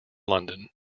london